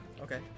Okay